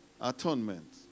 Atonement